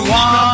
one